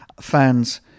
fans